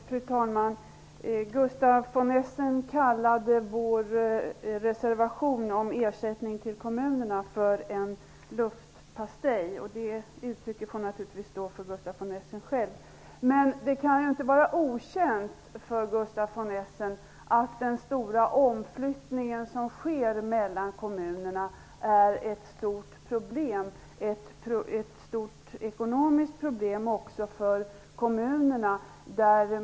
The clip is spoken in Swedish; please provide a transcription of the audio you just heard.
Fru talman! Gustaf von Essen kallade vår reservation om ersättning till kommunerna för en luftpastej. Det uttrycket får naturligtvis stå för Men det kan inte vara okänt för Gustaf von Essen att den stora omflyttning som sker mellan kommunerna är ett stort problem. Det är ett stort ekonomiskt problem även för kommunerna.